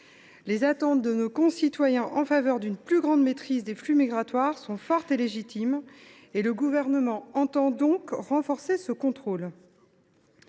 les attentes de nos concitoyens en faveur d’une plus grande maîtrise des flux migratoires sont fortes et légitimes, et le Gouvernement entend donc renforcer ce contrôle.